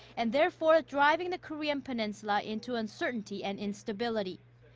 and therefore driving the korean peninsula into uncertainty and instability.